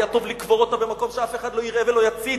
היה טוב לקבור אותה במקום שאף אחד לא יראה ולא יציץ